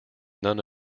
none